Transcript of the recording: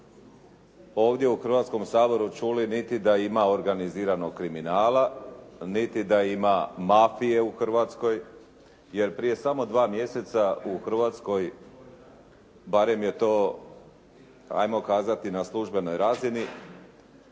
ovdje u Hrvatskom saboru čuli niti da ima organiziranog kriminala, niti da ima mafije u Hrvatskoj. Jer prije samo dva mjeseca u Hrvatskoj barem je to hajmo kazati na službenoj razini